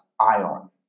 ion